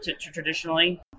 traditionally